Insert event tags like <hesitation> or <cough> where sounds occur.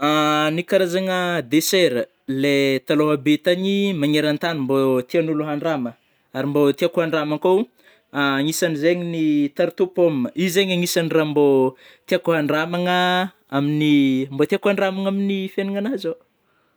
<hesitation> Ny karazagna dessert, le <hesitation> talôha be tagny <hesitation> magnerantany mbô tianôlo handrama ary mbô tiako handramagna kôho <hesitation> agnisagny zegny ny tarte au pomme io zegny agnisagny rah mbô tiako handramagna <hesitation> amin'ny mbô tiako handramagna amin'ny fiainagnah zao.